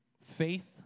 faith